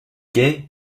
gais